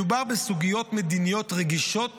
מדובר בסוגיות מדיניות רגישות